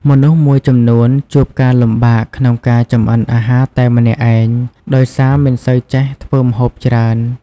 មនុស្សមួយចំនួនជួបការលំបាកក្នុងការចម្អិនអាហារតែម្នាក់ឯង ដោយសារមិនសូវចេះធ្វើម្ហូបច្រើន។